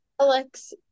alex